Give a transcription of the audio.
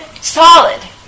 Solid